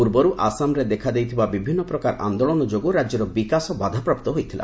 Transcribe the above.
ପୂର୍ବରୁ ଆସାମରେ ଦେଖାଦେଇଥିବା ବିଭିନ୍ନ ପ୍ରକାର ଆନ୍ଦୋଳନ ଯୋଗୁଁ ରାଜ୍ୟର ବିକାଶ ବାଧାପ୍ରାପ୍ତ ହୋଇଥିଲା